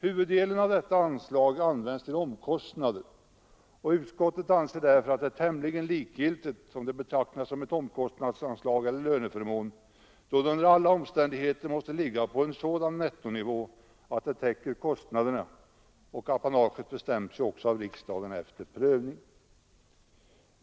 Huvuddelen av detta anslag används till omkostnader, och utskottet anser därför att det är tämligen likgiltigt om det betraktas som ett omkostnadsanslag eller som en löneförmån, då det under alla omständigheter måste ligga på en sådan nettonivå att det täcker kostnaderna. Apanagets storlek bestäms ju också av riksdagen efter prövning.